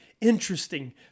interesting